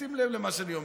תשים לב למה שאני אומר.